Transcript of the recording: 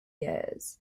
years